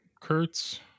Kurtz